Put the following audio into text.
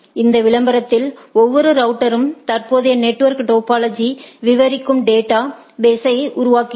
இந்த விளம்பரத்தில் ஒவ்வொரு ரவுட்டரும் தற்போதைய நெட்வொர்க் டோபாலஜி விவரிக்கும் டேட்டா பேஸை உருவாக்குகிறது